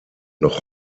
noch